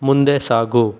ಮುಂದೆ ಸಾಗು